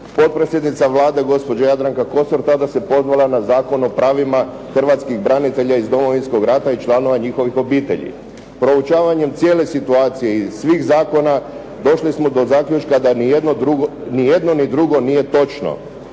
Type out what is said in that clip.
Potpredsjednica Vlade, gospođa Jadranka Kosor, tada se podvela na Zakon o pravima hrvatskih branitelja iz Domovinskog rata i članova njihovih obitelji. Proučavanjem cijele situacije i svih zakona došli smo do zaključka da ni jedno ni drugo nije točno.